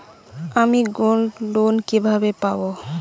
আমি গোল্ডলোন কিভাবে পাব?